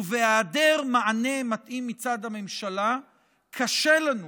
ובהיעדר מענה מתאים מצד הממשלה קשה לנו